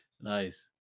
Nice